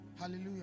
Hallelujah